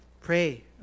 Pray